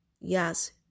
Yes